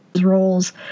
roles